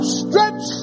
stretch